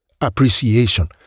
appreciation